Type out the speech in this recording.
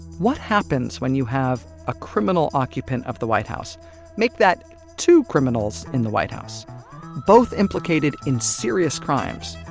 what happens when you have a criminal occupant of the white house make that two criminals in the white house both implicated in serious crimes,